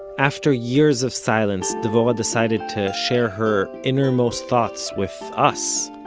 after years of silence, dvorah decided to share her innermost thoughts with us,